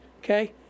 Okay